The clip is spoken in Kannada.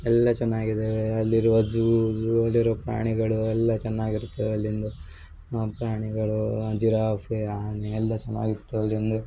ಎಲ್ಲ ಚೆನ್ನಾಗಿದ್ದವೆ ಅಲ್ಲಿರುವ ಝೂ ಝೂ ಅಲ್ಲಿರುವ ಪ್ರಾಣಿಗಳು ಎಲ್ಲ ಚೆನ್ನಾಗಿರ್ತವೆ ಅಲ್ಲಿಂದು ಆ ಪ್ರಾಣಿಗಳು ಜಿರಾಫೆ ಆನೆ ಎಲ್ಲ ಚೆನ್ನಾಗಿರ್ತವೆ ಅಲ್ಲಿಂದು